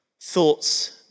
thoughts